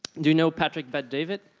do you know patrick bet-david?